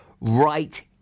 right